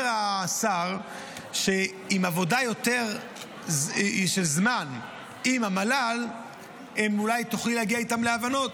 אומר השר שעם עבודה של זמן עם המל"ל אולי תוכלי להגיע איתם להבנות,